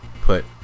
put